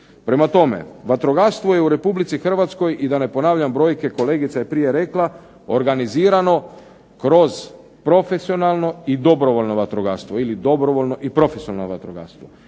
Prema tome, vatrogastvo je u Republici Hrvatskoj i da ne ponavljam brojke kolegica je prije rekla organizirano kroz profesionalno i dobrovoljno vatrogastvo ili dobrovoljno i profesionalno vatrogastvo.